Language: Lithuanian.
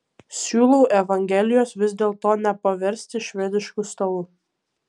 siūlau evangelijos vis dėlto nepaversti švedišku stalu